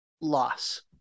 loss